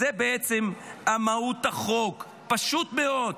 זו בעצם מהות החוק, פשוט מאוד.